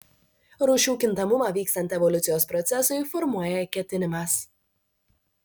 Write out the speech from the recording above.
rūšių kintamumą vykstant evoliucijos procesui formuoja ketinimas